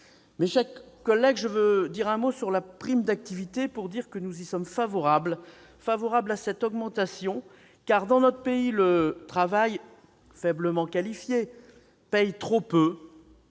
Mes chers collègues, je veux dire un mot de la prime d'activité. Nous sommes favorables à son augmentation, car, dans notre pays, le travail faiblement qualifié paye trop peu.